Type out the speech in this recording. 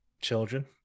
children